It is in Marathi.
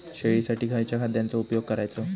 शेळीसाठी खयच्या खाद्यांचो उपयोग करायचो?